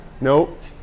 Nope